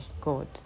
god